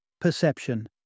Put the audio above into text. Perception